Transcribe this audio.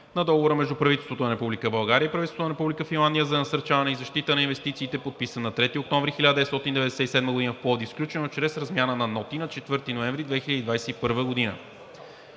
на Договора между правителството на Република България и правителството на Република Финландия за насърчаване и защита на инвестициите, подписан на 3 октомври 1997 г. в Пловдив, сключено чрез размяна на ноти на 4 ноември 2021 г.